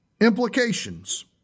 implications